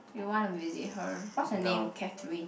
do you wanna visit her what's her name Katherine